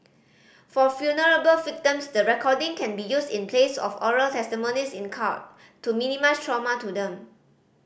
for victims the recording can be used in place of oral testimonies in court to minimise trauma to them